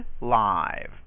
live